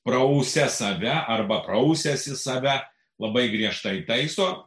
prausia save arba prausiasi save labai griežtai taiso